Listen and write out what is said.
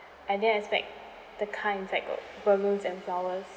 I didn't expect the car inside got balloons and flowers